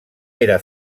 era